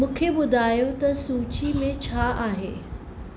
मूंखे ॿुधायो त सूची में छा आहे